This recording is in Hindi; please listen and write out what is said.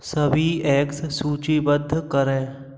सभी एग्स सूचीबद्ध करें